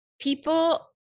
People